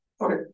Okay